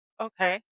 okay